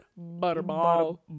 Butterball